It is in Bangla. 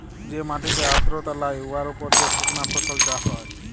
যে মাটিতে আর্দ্রতা লাই উয়ার উপর যে সুকনা ফসল চাষ হ্যয়